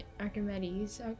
Archimedes